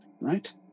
right